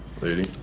Lady